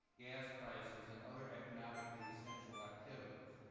gas prices, and other economically essential activities.